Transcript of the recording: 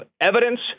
evidence